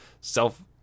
Self